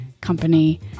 company